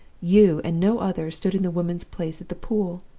you, and no other, stood in the woman's place at the pool.